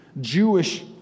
Jewish